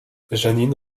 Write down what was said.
janine